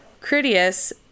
Critias